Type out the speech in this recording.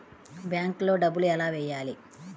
బ్యాంక్లో డబ్బులు ఎలా వెయ్యాలి?